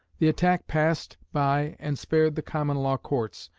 the attack passed by and spared the common law courts,